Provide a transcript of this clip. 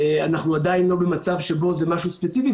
אנחנו עדיין לא במצב שבו זה משהו ספציפי.